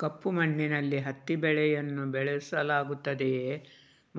ಕಪ್ಪು ಮಣ್ಣಿನಲ್ಲಿ ಹತ್ತಿ ಬೆಳೆಯನ್ನು ಬೆಳೆಸಲಾಗುತ್ತದೆಯೇ